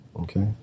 Okay